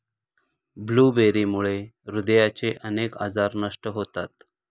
ब्लूबेरीमुळे हृदयाचे अनेक आजार नष्ट होतात